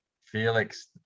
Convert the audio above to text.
felix